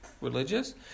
religious